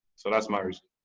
so that's my reason.